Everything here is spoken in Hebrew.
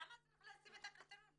למה צריך ל- - -את הקריטריונים,